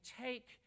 take